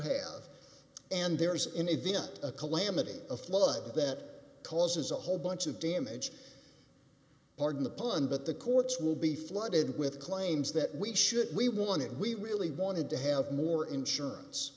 have and there is in a day not a calamity a flood that causes a whole bunch of damage pardon the pun but the courts will be flooded with claims that we should we wanted we really wanted to have more insurance